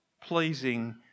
pleasing